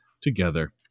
together